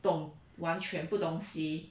懂完全全部东西